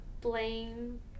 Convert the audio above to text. blame